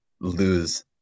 lose